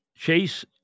Chase